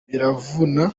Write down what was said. biravuna